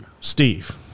Steve